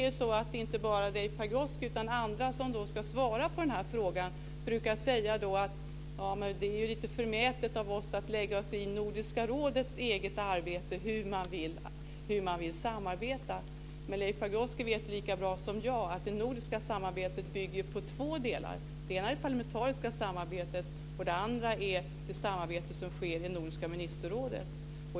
Det är inte bara Leif Pagrotsky utan också andra som ska svara på denna fråga. De brukar säga så här: Det är lite förmätet av oss att lägga oss i Nordiska rådets eget arbete och hur man vill samarbeta. Men Leif Pagrotsky vet lika bra som jag att det nordiska samarbetet bygger på två delar. Det ena är det parlamentariska samarbetet, och det andra är det samarbete som sker i Nordiska ministerrådet.